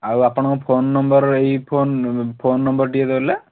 ଆଉ ଆପଣଙ୍କ phone number ଏଇ ଫୋନ୍ ଫୋନ୍ ନମ୍ବର୍ ଟିକିଏ ଦେଲେ